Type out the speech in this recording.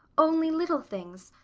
only little things.